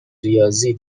ریاضی